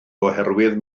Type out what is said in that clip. oherwydd